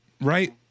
right